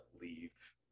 leave